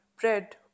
bread